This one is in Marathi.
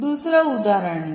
दुसरे उदाहरण घ्या